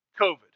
COVID